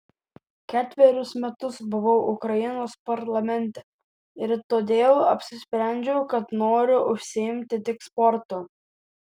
ketverius metus buvau ukrainos parlamente ir todėl apsisprendžiau kad noriu užsiimti tik sportu